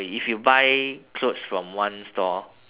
if you buy clothes from one store